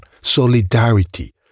solidarity